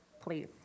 please